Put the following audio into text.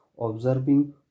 observing